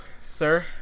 sir